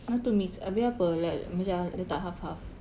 not to mix abeh apa like macam letak half half